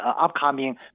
upcoming